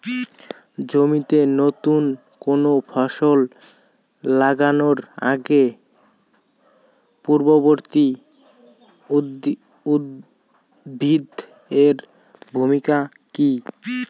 জমিতে নুতন কোনো ফসল লাগানোর আগে পূর্ববর্তী উদ্ভিদ এর ভূমিকা কি?